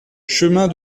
chemin